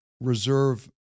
Reserve